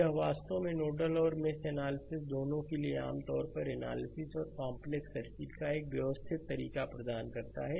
यह वास्तव में नोडल और मेष एनालिसिसदोनों के लिए आम तौर पर एनालिसिस और कंपलेक्स सर्किट का एक व्यवस्थित तरीका प्रदान करता है